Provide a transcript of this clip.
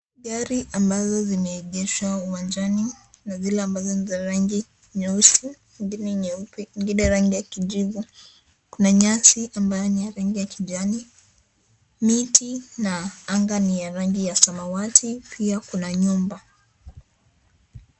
Gari ambazo zimeegeshwa uwanjani na zile ambazo ni za rangi nyeusi ingine nyeupe ingine rangi ya kijivu, kuna nyasi ambayo ni ya rangi ya kijani. Miti na anga ni ya rangi ya samawati, pia kuna nyumba.